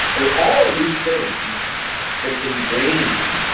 but all of these things is ingrained.